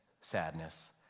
sadness